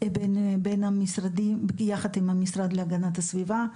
בין המשרדים יחד עם המשרד להגנת הסביבה.